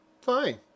Fine